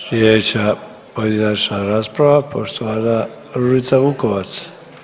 Slijedeća pojedinačna rasprava, poštovana Ružica Vukovac.